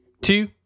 two